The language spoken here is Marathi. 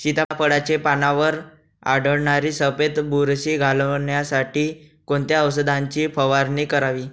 सीताफळाचे पानांवर आढळणारी सफेद बुरशी घालवण्यासाठी कोणत्या औषधांची फवारणी करावी?